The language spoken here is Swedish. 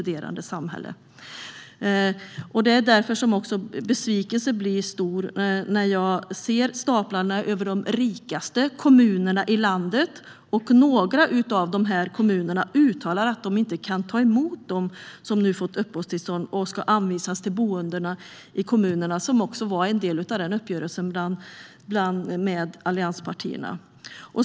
Det är därför som besvikelsen blir stor när jag ser staplarna över de rikaste kommunerna i landet och några av de kommunerna uttalar att de inte kan ta emot dem som nu fått uppehållstillstånd och ska anvisas till boenden i kommunerna, vilket var en del av uppgörelsen med allianspartierna.